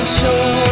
show